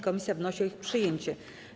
Komisja wnosi o ich przyjęcie.